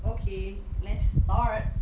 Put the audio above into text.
okay let's start